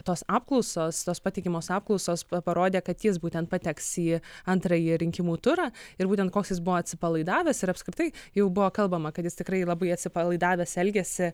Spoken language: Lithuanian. tos apklausos tos patikimos apklausos parodė kad jis būtent pateks į antrąjį rinkimų turą ir būtent koks jis buvo atsipalaidavęs ir apskritai jau buvo kalbama kad jis tikrai labai atsipalaidavęs elgiasi